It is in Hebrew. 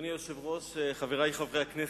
אדוני היושב-ראש, חברי חברי הכנסת,